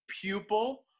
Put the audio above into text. pupil